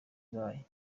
ibaye